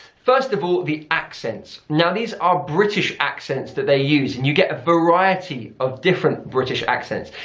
first of all the accents. now these are british accents that they use and you get a variety of different british accents.